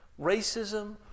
racism